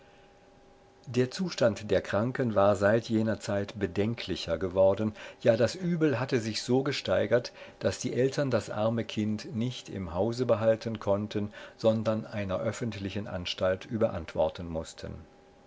der zustand der kranken war seit jener zeit bedenklicher geworden ja das übel hatte sich so gesteigert daß die eltern das arme kind nicht im hause behalten konnten sondern einer öffentlichen anstalt überantworten mußten